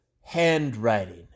handwriting